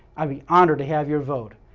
i'd be honored to have your vote.